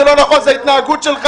התיאור היחיד שלא נכון זה ההתנהגות שלך,